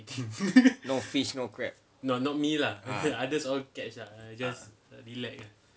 no fish no crab ah ah ah